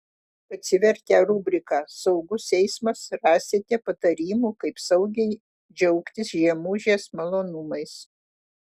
atsivertę rubriką saugus eismas rasite patarimų kaip saugiai džiaugtis žiemužės malonumais